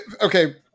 Okay